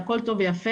והכל טוב ויפה.